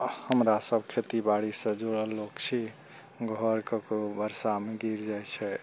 आ हमरा सब खेती बाड़ी सए जुड़ल लोक छी घर ककरो बरसामे गिर जाइ छै